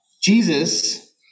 Jesus